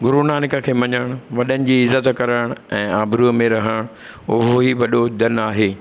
गुरू नानक खे मञणु वॾनि जी इज़त करणु ऐं आबरूअ में रहणु उहो ई वॾो धनु आहे